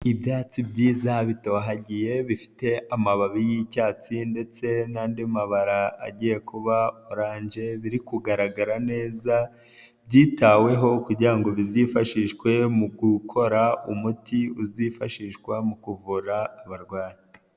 Ibyatsi byiza bitohagiye bifite amababi y'icyatsi ndetse n'andi mabara agiye kuba oranje, biri kugaragara neza byitaweho kugira ngo bizifashishwe mu gukora umuti uzifashishwa mu kuvura abarwayi.